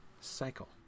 cycle